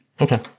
Okay